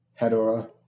Hedora